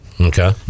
Okay